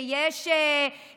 שיש בהן